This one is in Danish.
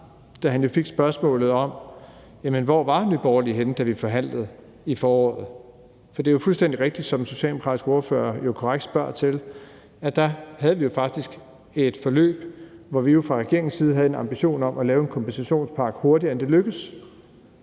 da han fik spørgsmålet om, hvor Nye Borgerlige var henne, da vi forhandlede i foråret. For det er fuldstændig rigtigt, som den socialdemokratiske ordfører korrekt spørger til, at da havde vi faktisk et forløb, hvor vi fra regeringens side havde en ambition om at lave en kompensationspakke hurtigere, end det lykkedes.